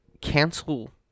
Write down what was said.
cancel